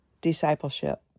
Discipleship